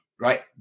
right